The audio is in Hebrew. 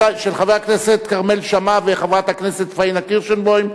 של חבר הכנסת כרמל שאמה וחברת הכנסת פאינה קירשנבאום.